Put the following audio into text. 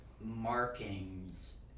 markings